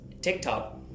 TikTok